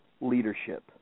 leadership